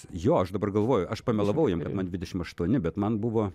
jo aš dabar galvoju aš pamelavau jiem kad man dvidešimt aštuoneri bet man buvo